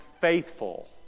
faithful